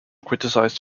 criticized